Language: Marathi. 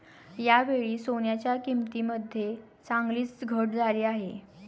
यावेळी सोन्याच्या किंमतीमध्ये चांगलीच घट झाली आहे